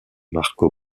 marco